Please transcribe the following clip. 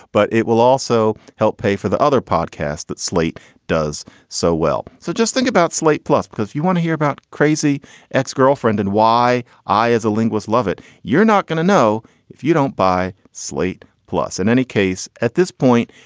but it will also help pay for the other podcasts that slate does so well. so just think about slate plus because you want to hear about crazy ex-girlfriend and why i as a linguist, love it. you're not going to know if you don't buy slate. plus, in any case, at this point,